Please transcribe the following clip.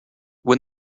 when